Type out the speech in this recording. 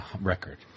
record